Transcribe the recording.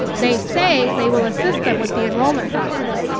they say they will assist them with the enrollment process.